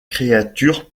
créatures